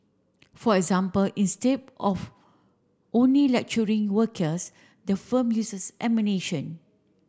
for example instead of only lecturing workers the firm uses